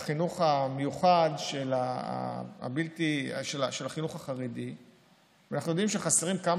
בחינוך המיוחד של החינוך החרדי אנחנו יודעים שחסרים כמה